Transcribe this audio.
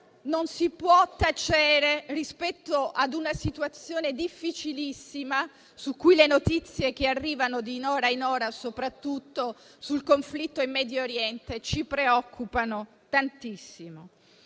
non si può tacere rispetto a una situazione difficilissima, con notizie che arrivano di ora in ora, soprattutto sul conflitto in Medio Oriente, che ci preoccupano davvero